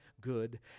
good